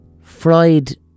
freud